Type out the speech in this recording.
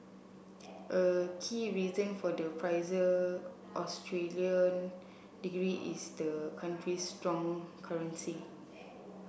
a key reason for the pricier Australian degree is the country's strong currency